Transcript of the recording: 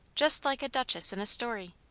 just like a duchess in a story.